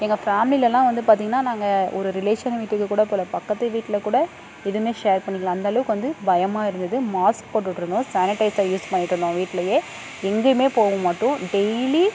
எங்கள் ஃபேமிலிலலாம் வந்து பார்த்திங்கன்னா நாங்கள் ஒரு ரிலேஷன் வீட்டுக்கு கூட போகல பக்கத்து வீட்டில் கூட எதுவுமே ஷேர் பண்ணிக்கலை அந்தளவுக்கு வந்து பயமாக இருந்தது மாஸ்க் போட்டுகிட்டு இருந்தோம் சானிடைசர் யூஸ் பண்ணிட்டு இருந்தோம் வீட்லேயே எங்கேயுமே போகமாட்டோம் டெய்லி